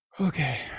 Okay